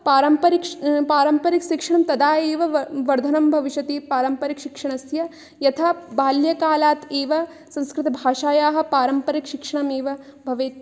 पारम्परिक पारम्परिकशिक्षणं तदा एव व वर्धनं भविष्यति पारम्परिकशिक्षणस्य यथा बाल्यकालात् एव संस्कृतभाषायाः पारम्परिकशिक्षणम् एव भवेत्